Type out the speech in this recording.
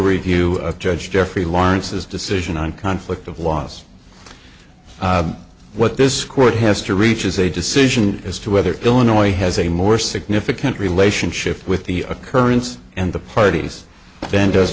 review of judge jeffrey lawrence's decision on conflict of laws what this court has to reach is a decision as to whether illinois has a more significant relationship with the occurrence and the parties